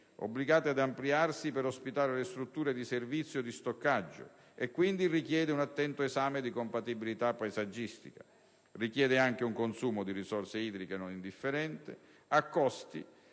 obbligate ad ampliarsi per ospitare le strutture di servizio e di stoccaggio e, quindi, richiede un attento esame di compatibilità paesaggistica e anche un consumo di risorse idriche non indifferente. Esso,